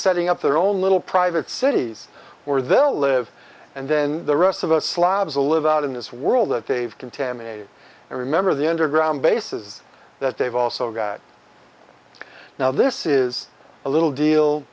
setting up their own little private cities or they'll live and then the rest of us slobs to live out in this world that they've contaminated and remember the underground bases that they've also got now this is a little